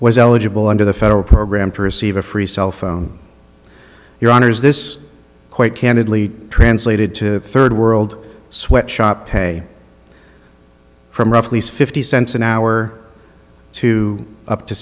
was eligible under the federal program to receive a free cell phone or your honour's this quite candidly translated to third world sweat shop pay from roughly fifty cents an hour to up to